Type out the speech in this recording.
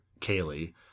Kaylee